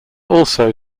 also